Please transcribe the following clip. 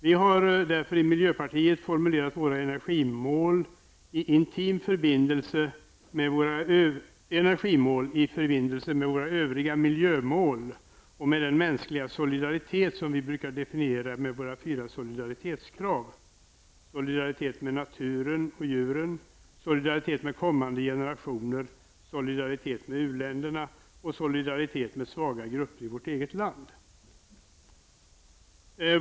Vi har därför i miljöpartiet formulerat våra energimål i intim förbindelse med våra övriga miljömål och med den mänskliga solidaritet som vi brukar definiera med våra fyra solidaritetskrav: solidaritet med naturen och djuren, solidaritet med kommande generationer, solidaritet med uländerna och solidaritet med svaga grupper i vårt eget land.